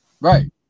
Right